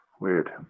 weird